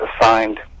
assigned